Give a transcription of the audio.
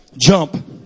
jump